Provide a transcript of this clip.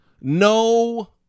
No